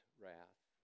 wrath